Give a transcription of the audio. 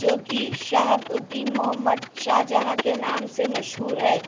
جو کہ شہاب الدین محمد شاہ جہاں کے نام سے مشہور ہے